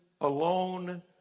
alone